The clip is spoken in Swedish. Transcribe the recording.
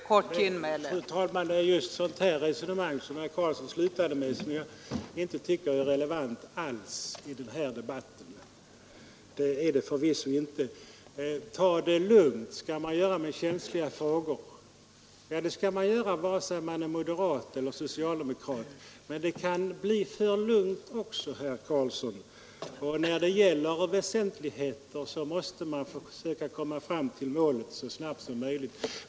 Fru talman! Det är just ett sådant här resonemang som det herr Karlsson slutade med som jag inte tycker är relevant i denna debatt. Ta det lungt skall man göra med känsliga frågor, menade herr Karlsson. Ja, det skall man göra antingen man är moderat eller socialdemokrat. Men det kan bli för lugnt också, herr Karlsson i Huskvarna, och när livet står på spel måste man söka komma fram till målet så snabbt som möjligt.